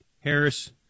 Harris